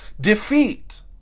defeat